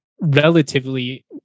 relatively